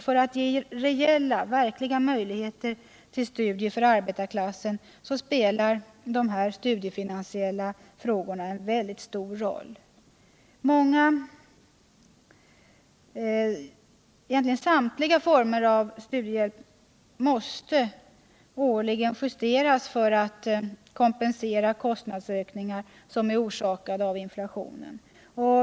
För att ge reella möjligheter till studier för arbetarklassen spelar de studiefinansiella frågorna en mycket stor roll. Samtliga former av studiehjälp måste årligen justeras för att kompensera kostnadsökningar orsakade av inflationen.